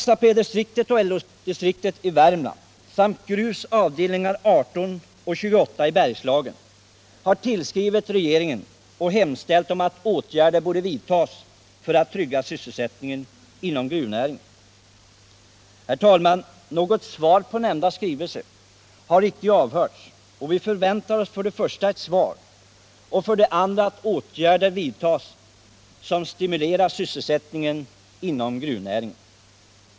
SAP-distriktet och LO-distriktet i Värmland samt Gruvs avdelningar 18 och 28 i Bergslagen har tillskrivit regeringen och hemställt om att åtgärder vidtas för att trygga sysselsättningen inom gruvnäringen. Något svar på nämnda skrivelse har icke avhörts. Vi förväntar oss för det första ett svar och för det andra att åtgärder vidtas som stimulerar sysselsättningen inom gruvnäringen.